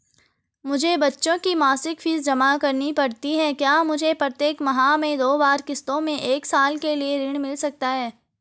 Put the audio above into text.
मुझे बच्चों की मासिक फीस जमा करनी पड़ती है क्या मुझे प्रत्येक माह में दो बार किश्तों में एक साल के लिए ऋण मिल सकता है?